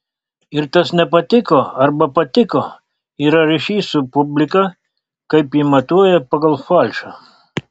ir tas nepatiko arba patiko yra ryšys su publika kaip ji matuoja pagal falšą